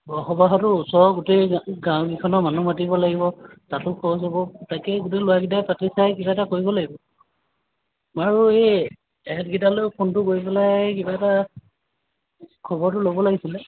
বৰসবাহতো ওচৰৰ গোটেই গাঁও গাঁও কেইখনৰ মানুহ মাতিব লাগিব তাতো খৰচ হ'ব তাকে গোটেই ল'ৰাকেইটাই পাতি চাই কিবা এটা কৰিব লাগিব মই আকৌ এই ইহঁতকেইটালেও ফোনটো কৰি পেলাই কিবা এটা খবৰটো ল'ব লাগিছিলে